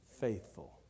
faithful